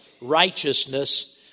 righteousness